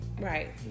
Right